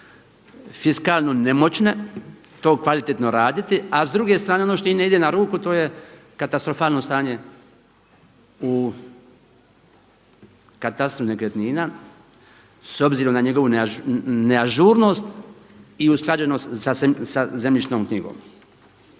fiskalno nemoćne to kvalitetno raditi. A s druge strane ono što im ne ide na ruku to je katastrofalno stanje u katastru nekretnina s obzirom na njegovu neažurnost i usklađenost sa zemljišnom knjigom.